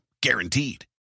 guaranteed